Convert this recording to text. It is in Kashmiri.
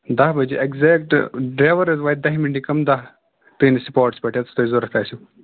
دَہ بَجے ایکزیکٹ ڈریور حظ واتہِ دَہہِ مِنٹہِ کَم دَہ تُہٕنٛدِس سُپاٹَس پٮ۪ٹھ حظ یُس تۄہہِ ضروٗرت آسٮ۪و